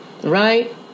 right